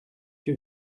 que